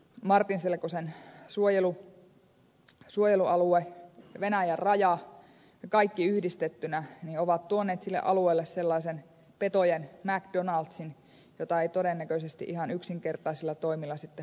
martinselkosen suojelualue venäjän raja ja kaikki yhdistettynä ovat tuoneet sille alueelle sellaisen petojen mcdonaldsin jota ei todennäköisesti ihan yksinkertaisilla toimilla sitten hoidetakaan